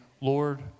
Lord